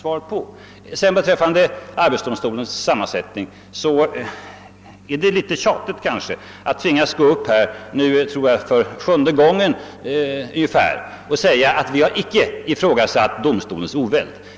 Vad sedan beträffar arbetsdomstolens sammansättning känns det tjatigt att tvingas gå upp, jag tror för sjunde gången, och säga att vi icke har ifrågasatt domstolens oväld.